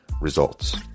results